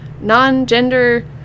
non-gender